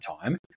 time